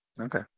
okay